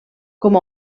com